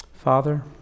Father